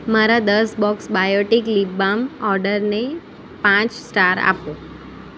મારા દસ box Biotique lip balm ઓર્ડરને પાંચ સ્ટાર આપો